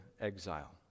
exile